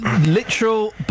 literal